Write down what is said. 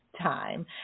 time